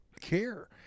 care